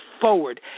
forward